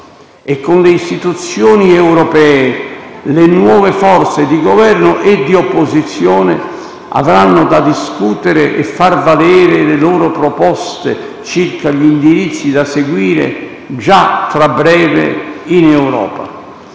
Con le Istituzioni europee, le nuove forze di Governo e di opposizione italiane avranno da discutere e far valere le loro proposte circa gli indirizzi da seguire, già fra breve in Europa.